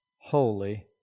Holy